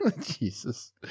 Jesus